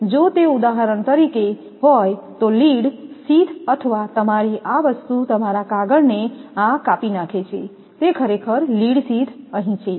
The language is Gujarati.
તેથી જો તે ઉદાહરણ તરીકે હોય તો લીડ શીથ અથવા તમારી આ વસ્તુ તમારા કાગળને આ કાપી નાખે છે તે ખરેખર લીડ શીથ અહીં છે